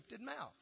mouth